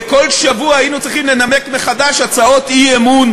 וכל שבוע היינו צריכים לנמק מחדש הצעות אי-אמון